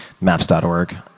MAPS.org